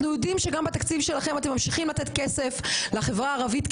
אנחנו יודעים שבתקציב שלכם אתם ממשיכים לתת כסף לחברה הערבית,